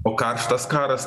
o karštas karas